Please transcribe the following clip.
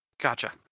Gotcha